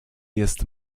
jest